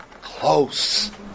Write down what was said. close